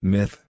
Myth